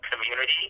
community